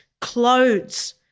clothes